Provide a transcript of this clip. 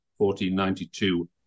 1492